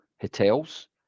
hotels